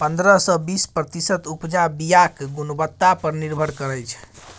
पंद्रह सँ बीस प्रतिशत उपजा बीयाक गुणवत्ता पर निर्भर करै छै